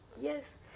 Yes